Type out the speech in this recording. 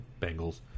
Bengals